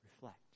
Reflect